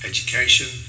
Education